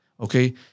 Okay